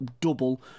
double